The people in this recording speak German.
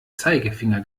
zeigefinger